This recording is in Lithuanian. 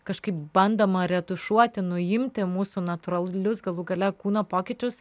kažkaip bandoma retušuoti nuimti mūsų natūralius galų gale kūno pokyčius